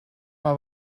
mae